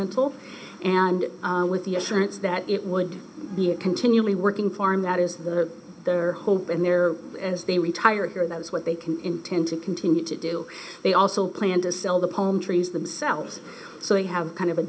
rental and with the assurance that it would be a continually working farm that is that of their home and there as they retire here that is what they can intend to continue to do they also plan to sell the palm trees themselves so they have kind of a